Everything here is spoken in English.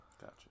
Gotcha